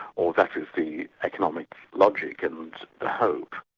or that is the economic logic and ah hope.